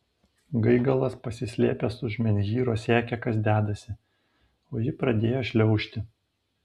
gaigalas pasislėpęs už menhyro sekė kas dedasi o ji pradėjo šliaužti